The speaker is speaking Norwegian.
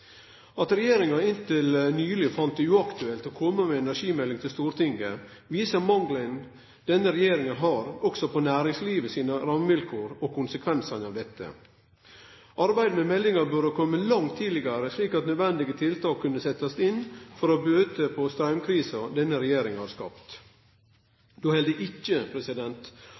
At regjeringa inntil nyleg fann det uaktuelt å kome med ei energimelding til Stortinget, viser denne regjeringas mangel på rammevilkår for næringslivet og konsekvensane av det. Arbeidet med meldinga burde ha kome langt tidlegare, slik at nødvendige tiltak kunne setjast inn for å bøte på straumkrisa denne regjeringa har skapt. Då held det ikkje